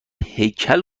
هیکل